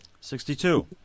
Sixty-two